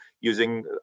using